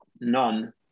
none